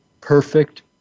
perfect